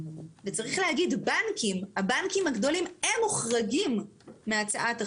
וצריך להגיד, הבנקים הגדולים מוחרגים מהצעת החוק,